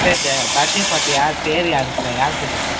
sir இது birthday பார்ட்டியா பேர் யாருக்கு சார் யார் பேரில் சார்